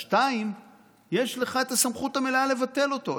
2. יש לך את הסמכות המלאה לבטל אותו.